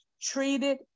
treated